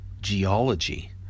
geology